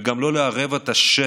וגם לא לערב את השטח,